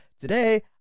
Today